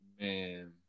Man